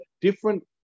different